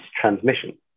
transmission